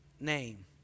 name